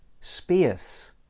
space